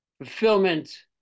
fulfillment